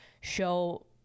show